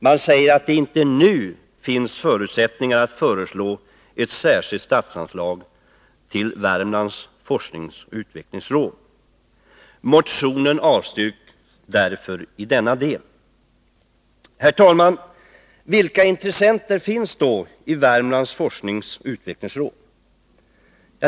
Man säger att det inte nu finns förutsättningar att föreslå ett särskilt statsanslag till Värmlands forskningsoch utvecklingsråd. Motionen avstyrks därför i denna del. Herr talman! Vilka intressenter finns då i Värmlands forskningsoch utvecklingsråd?